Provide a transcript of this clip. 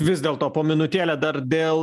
vis dėlto po minutėlę dar dėl